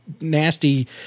nasty